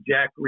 Jack